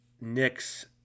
Knicks